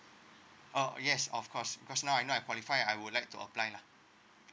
oh yes of course cause now I know I'm qualify I would like to apply lah